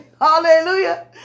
Hallelujah